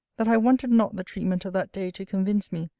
that i wanted not the treatment of that day to convince me,